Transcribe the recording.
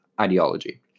ideology